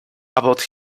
about